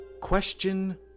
Question